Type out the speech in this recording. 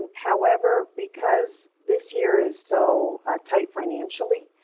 and however, because this year is so tight financially